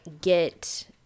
get